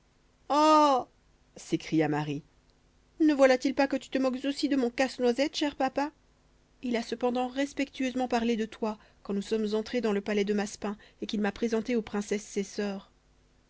s'écria marie ne voilà-t-il pas que tu te moques aussi de mon casse-noisette cher papa il a cependant respectueusement parlé de toi quand nous sommes entrés dans le palais de massepains et qu'il m'a présentée aux princesses ses sœurs